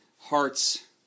hearts